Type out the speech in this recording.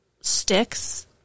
sticks